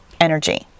energy